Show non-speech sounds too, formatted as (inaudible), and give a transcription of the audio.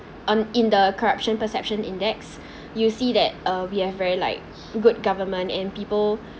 um in the corruption perceptions index (breath) you see that uh we have very like good government and people